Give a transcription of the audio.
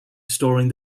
storing